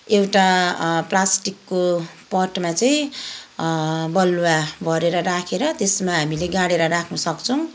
एउटा प्लास्टिकको पटमा चाहिँ बालुवा भरेर राखेर त्यसमा हामीले गाडेर राख्न सक्छौँ